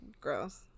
gross